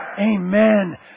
Amen